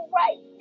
right